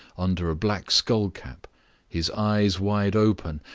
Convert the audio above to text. under a black skull-cap his eyes wide open,